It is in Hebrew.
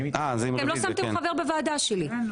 אני אגיד את השמות של הוועדה שאני מביאה.